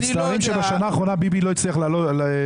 אנחנו מצטערים שבשנה האחרונה ביבי לא הצליח לעזור.